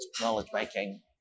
knowledge-making